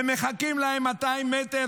הם מחכים להם 200 מטרים